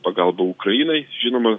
pagalba ukrainai žinoma